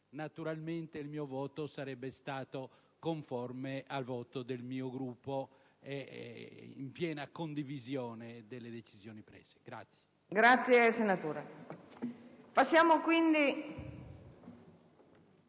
Naturalmente il mio voto sarebbe stato conforme a quello del mio Gruppo, in piena condivisione delle decisioni prese.